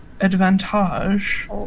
advantage